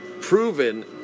proven